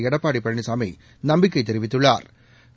எடப்பாடி பழனிசாமி நம்பிக்கை தெரிவித்துள்ளாா்